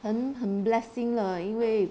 很很 blessing 了因为